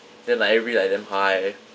then like everybody like damn high